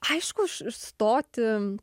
aišku aš stoti